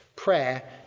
Prayer